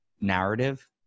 narrative